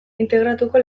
integratuko